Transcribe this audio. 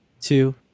two